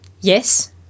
Yes